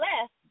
left